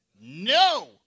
no